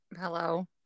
Hello